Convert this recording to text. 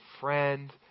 friend